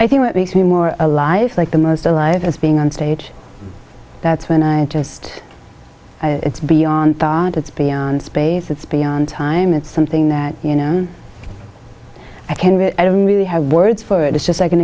i think what makes me more alive like the most alive is being on stage that's when i just it's beyond it's beyond space it's beyond time it's something that you know i can get i don't really have words for it it's just like an